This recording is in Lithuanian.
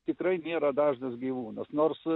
tikrai nėra dažnas gyvūnas nors